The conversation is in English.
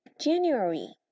January